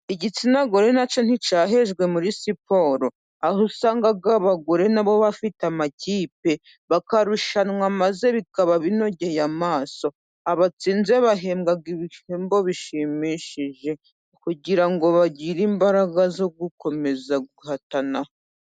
Igitsina gore na cyo nticyahejwe muri siporo, aho usanga abagore na bo bafite amakipe, bakarushanwa maze bikaba binogeye amaso. Abatsinze bahembwa ibihembo bishimishije, kugira ngo bagire imbaraga zo gukomeza guhatana.